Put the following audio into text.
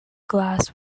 glass